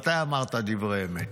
מתי אמרת דברי אמת?